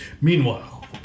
Meanwhile